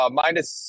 minus